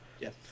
Yes